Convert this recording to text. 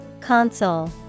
Console